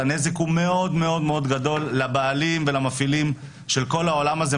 הנזק מאוד גדול לבעלים ולמפעילים של כל העולם הזה.